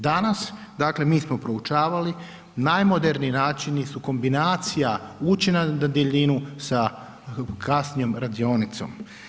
Danas, dakle, mi smo proučavali, najmoderniji način su kombinacija učenja na daljinu sa kasnijom radionicom.